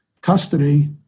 custody